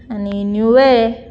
आनी नुवें